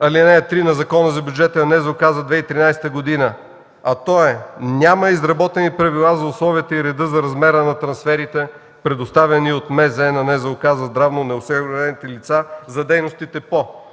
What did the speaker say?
ал. 3 на Закона за бюджета на НЗОК за 2013 г., а то е: няма изработени правила за условията и реда за размера на трансферите, предоставени от МЗ на НЗОК за здравно неосигурените лица за дейностите по